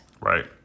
Right